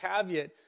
caveat